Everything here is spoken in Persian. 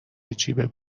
جیب